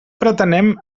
pretenem